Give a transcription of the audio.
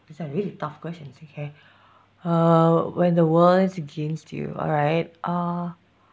these are really tough questions okay uh when the world is against you alright uh